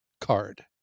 card